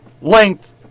length